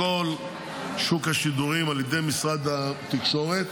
כל שוק השידורים על ידי משרד התקשורת.